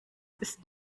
ist